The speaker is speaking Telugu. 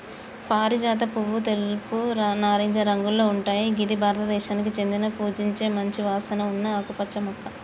పారిజాత పువ్వు తెలుపు, నారింజ రంగులో ఉంటయ్ గిది భారతదేశానికి చెందిన పూజించే మంచి వాసన ఉన్న ఆకుపచ్చ మొక్క